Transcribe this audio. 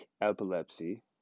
epilepsy